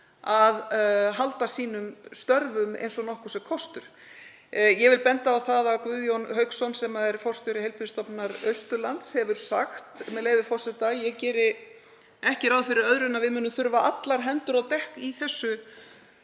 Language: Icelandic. að halda störfum sínum eins og nokkur er kostur. Ég vil benda á að Guðjón Hauksson, sem er forstjóri Heilbrigðisstofnunar Austurlands, hefur sagt, með leyfi forseta: „… ég geri ekki ráða fyrir öðru en að við munum þurfa allar hendur á dekk í þessu